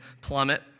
plummet